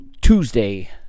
Tuesday